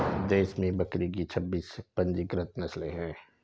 देश में बकरी की छब्बीस पंजीकृत नस्लें हैं